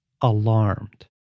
alarmed